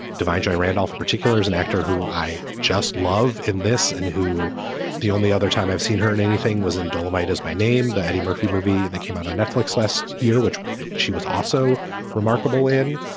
divine j. randolph in particular, is an actor who i just love in this and who the only other time i've seen her in anything was in dolemite is my name, that murphy movie that came out on netflix last year, which she was also remarkable in.